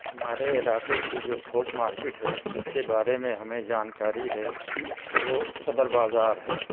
ہمارے علاقے کی جو تھوک مارکٹ ہے جس کے بارے میں ہمیں جانکاری ہے وہ صدر بازار ہے